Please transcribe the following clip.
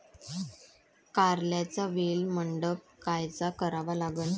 कारल्याचा वेल मंडप कायचा करावा लागन?